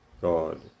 God